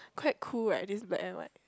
quite cool right this black and white